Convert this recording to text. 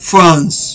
France